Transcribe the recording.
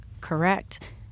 Correct